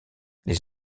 les